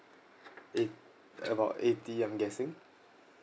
it about eighty I'm guessing